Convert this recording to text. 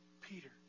Peter